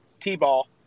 t-ball